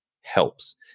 helps